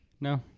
No